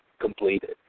completed